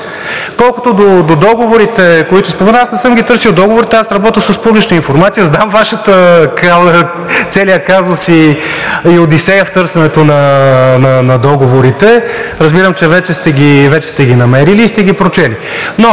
Колкото до договорите, които споменахте. Аз не съм ги търсил договорите, работя с публична информация. Знам Вашия казус и одисея в търсенето на договорите, разбирам, че вече сте ги намерили и сте ги прочели.